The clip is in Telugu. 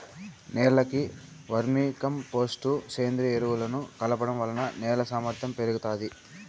నేలకు వర్మీ కంపోస్టు, సేంద్రీయ ఎరువులను కలపడం వలన నేల సామర్ధ్యం పెరుగుతాది